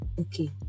Okay